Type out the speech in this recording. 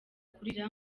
kurira